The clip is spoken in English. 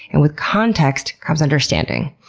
and with context comes understanding.